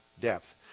depth